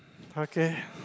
okay